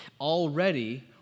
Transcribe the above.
already